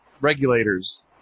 regulators